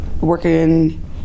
Working